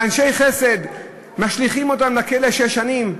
ואנשי חסד, משליכים אותם לכלא לשש שנים.